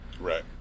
Right